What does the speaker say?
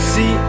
See